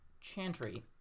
chantry